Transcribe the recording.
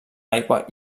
aigua